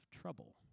trouble